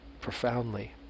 profoundly